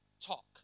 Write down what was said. talk